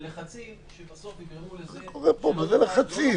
שלחצים בסוף יגרמו לזה --- מה זה לחצים?